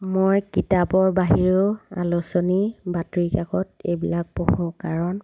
মই কিতাপৰ বাহিৰেও আলোচনী বাতৰিকাকত এইবিলাক পঢ়োঁ কাৰণ